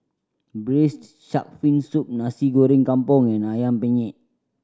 Braised Shark Fin Soup Nasi Goreng Kampung and Ayam Panggang